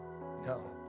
No